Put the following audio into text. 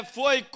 foi